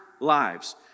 lives